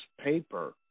paper